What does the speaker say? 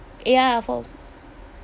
ya four